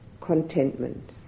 contentment